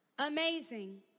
Amazing